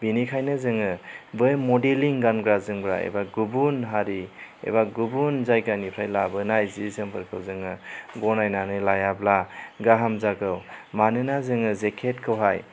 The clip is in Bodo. बेनिखायनो जोङो बै मडेलिं गानग्रा जोमग्रा एबा गुबुन हारि एबा गुबुन जायगानिफ्राय लाबोनाय जि जोमफोरखौ जोङो गनायनानै लायाब्ला गाहाम जागौ मानोना जोङो जेकेटखौहाय